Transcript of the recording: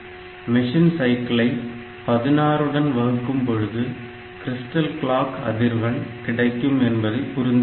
machine சைக்கிளை 16 உடன் வகுக்கும் பொழுது கிரிஸ்டல் கிளாக் அதிர்வெண் கிடைக்கும் என்பதை புரிந்து கொண்டீர்கள்